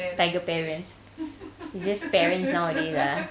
tiger parents it's just parents nowadays ah